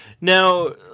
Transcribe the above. Now